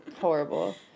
Horrible